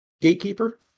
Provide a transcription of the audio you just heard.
gatekeeper